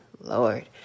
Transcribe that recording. Lord